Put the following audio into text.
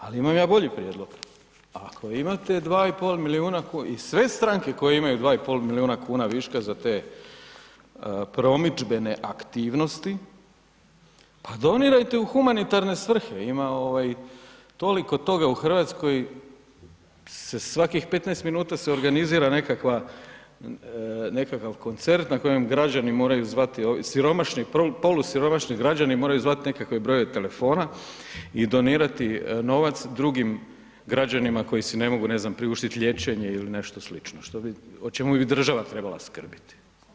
Ali imam ja bili prijedlog, ako imate 2,5 miliona kuna i sve stranke koje imaju 2,5 miliona kuna viška za te promidžbene aktivnosti pa donirajte u humanitarne svrhe ima ovaj toliko toga u Hrvatskoj se svakih 15 minuta se organizira nekakva, nekakav koncert na kojem građani moraju zvati siromašni i polu siromašni građani moraju zvati nekakve brojeve telefona i donirati novac drugim građanima koji si ne mogu ne znam priuštiti liječenje ili nešto slično o čemu bi država trebala skrbiti.